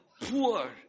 poor